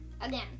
again